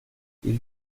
ils